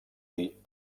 dir